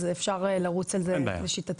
אפשר לרוץ על זה שיטתי.